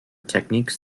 techniques